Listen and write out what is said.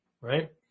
right